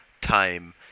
time